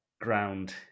ground